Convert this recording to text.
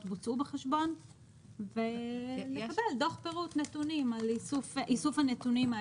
בוצעו בחשבון ולקבל דוח פירוט נתונים על איסוף הנתונים האלה.